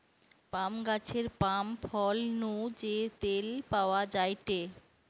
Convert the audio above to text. পাম গাছের পাম ফল নু যে তেল পাওয়া যায়টে